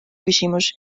küsimus